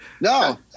No